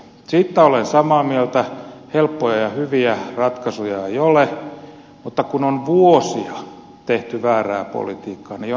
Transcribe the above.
siitä olen samaa mieltä että helppoja ja hyviä ratkaisuja ei ole mutta kun on vuosia tehty väärää politiikkaa niin jonakin päivänä se loppuu